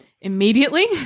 immediately